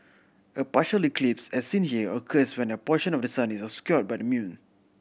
a partially eclipse as seen here occurs when a portion of the sun is obscured by the moon